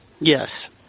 yes